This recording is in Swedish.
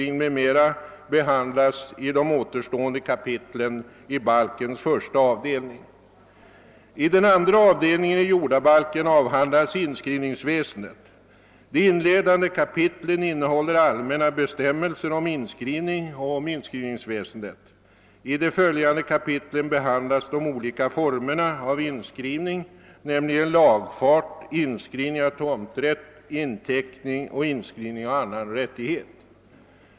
I den andra avdelningen av jordabalken avhandlas inskrivningsväsendet. De inledande kapitlen innehåller allmänna bestämmelser om inskrivning och om inskrivningsväsendet. I de följande kapitlen behandlas de olika formerna av inskrivning, nämligen lagfart, inskrivning av tomträtt, inteckning och inskrivning av annan rättighet.